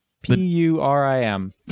p-u-r-i-m